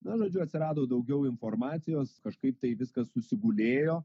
na žodžiu atsirado daugiau informacijos kažkaip tai viskas susigulėjo